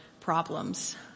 problems